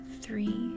three